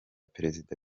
perezida